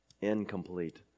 incomplete